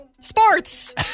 Sports